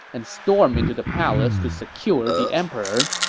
and storm into the palace to secure the emperor.